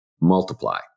multiply